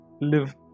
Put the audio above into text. live